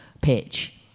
pitch